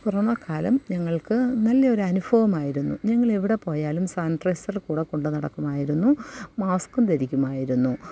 corona കാലം ഞങ്ങൾക്ക് നല്ല ഒരനുഭവമായിരുന്നു ഞങ്ങള് എവിടെ പോയാലും സാനിട്രൈസർ കൂടെ കൊണ്ട് നടക്കുമായിരുന്നു മാസ്ക്കും ധരിക്കുമായിരുന്നു